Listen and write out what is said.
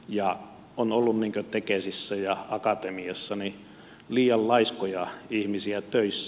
ja on ollut tekesissä ja akatemiassa liian laiskoja ihmisiä töissä